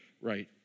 right